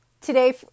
today